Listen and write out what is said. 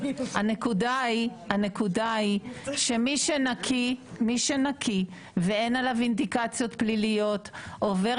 הנקודה היא שמי שנקי ואין עליו אינדיקציות פליליות עובר